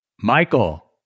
Michael